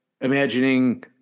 imagining